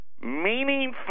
meaningful